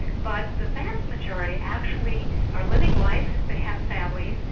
but the vast majority actually are living life, they have families,